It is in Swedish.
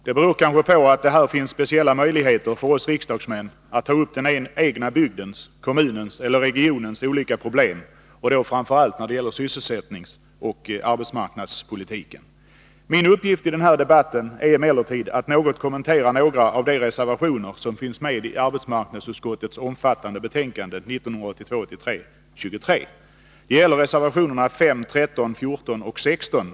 Det beror kanske på att det här finns speciella möjligheter för oss riksdagsmän att ta upp den egna bygdens, kommunens eller regionens olika problem framför allt när det gäller sysselsättningsoch arbetsmarknadspolitiken : Min uppgift i den här debatten är emellertid att något kommentera några av 83:23; det gäller reservationerna 5, 13, 14 och 16.